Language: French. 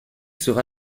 sera